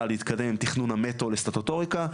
להתקדם עם תכנון המטרו לסטטוטוריקה,